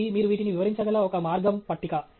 కాబట్టి మీరు వీటిని వివరించగల ఒక మార్గం పట్టిక